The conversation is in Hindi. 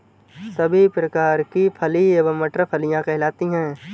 सभी प्रकार की फली एवं मटर फलियां कहलाती हैं